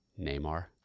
Neymar